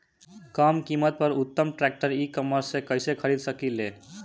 कम कीमत पर उत्तम ट्रैक्टर ई कॉमर्स से कइसे खरीद सकिले?